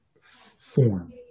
form